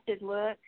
look